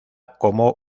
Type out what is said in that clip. como